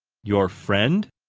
your friend?